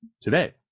today